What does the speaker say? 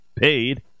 paid